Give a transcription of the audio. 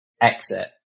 exit